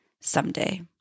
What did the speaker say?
Someday